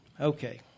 okay